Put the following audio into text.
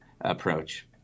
approach